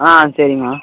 ஆ சரிம்மா